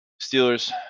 Steelers